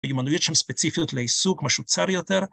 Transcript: מיומנויות שהן ספציפיות ‫לעיסוק, משהו צר יותר.